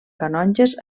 canonges